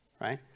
right